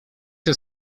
się